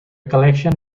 collection